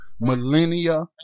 millennia